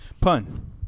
Pun